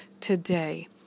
today